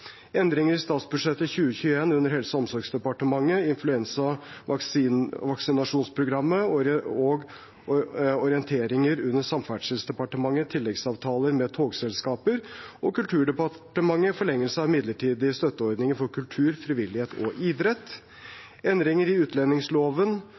Endringer i statsbudsjettet 2021 under Helse- og omsorgsdepartementet og orienteringer under Samferdselsdepartementet og Kulturdepartementet (Prop. 244 S Endringer i utlendingsloven og samtykke til ratifikasjon av